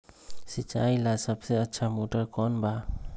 सिंचाई ला सबसे अच्छा मोटर कौन बा?